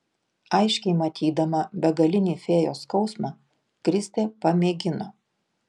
aiškiai matydama begalinį fėjos skausmą kristė pamėgino